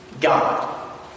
God